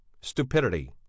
stupidity